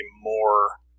more